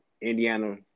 Indiana